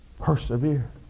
Persevere